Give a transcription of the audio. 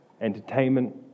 Entertainment